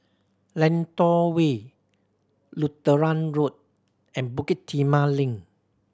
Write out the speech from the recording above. Lentor Way Lutheran Road and Bukit Timah Link